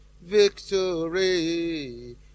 Victory